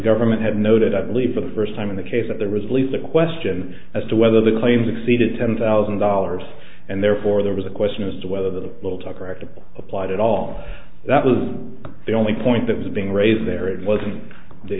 government had noted i believe for the first time in the case that there was leaves the question as to whether the claims exceeded ten thousand dollars and therefore there was a question as to whether the little to correct it applied at all that was the only point that was being raised there it wasn't the